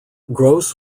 gross